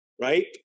right